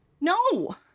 No